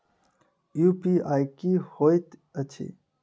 UPI की होइत अछि